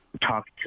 talked